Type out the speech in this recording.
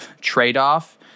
trade-off